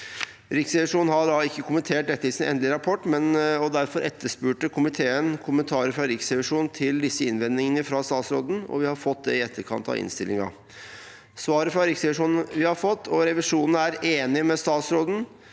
Riksrevisjonen har ikke kommentert dette i sin endelige rapport. Derfor etterspurte komiteen kommentarer fra Riksrevisjonen til innvendingene fra statsråden, og det har vi fått i etterkant av innstillingen. Svaret fra Riksrevisjonen har vi fått, og revisjonen er enig med statsråden